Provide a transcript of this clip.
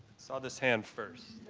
saw this hand first